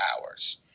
hours